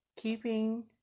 keeping